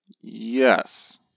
Yes